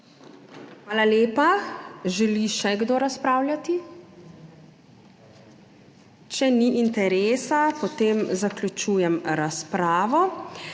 Hvala lepa. Želi še kdo razpravljati? Če ni interesa, potem zaključujem razpravo.